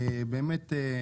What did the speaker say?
באמת,